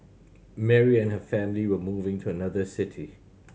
Mary and her family were moving to another city